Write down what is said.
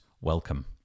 welcome